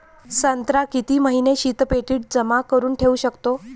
संत्रा किती महिने शीतपेटीत जमा करुन ठेऊ शकतो?